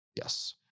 Yes